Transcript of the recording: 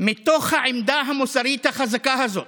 מתוך העמדה המוסרית החזקה הזאת,